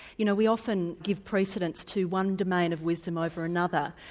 you know we often give precedence to one domain of wisdom over another,